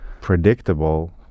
predictable